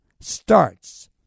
starts